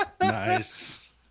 Nice